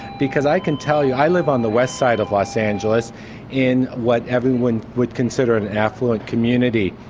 because i can tell you, i live on the west side of los angeles in what everyone would consider an affluent community.